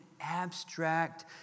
abstract